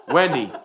Wendy